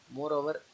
Moreover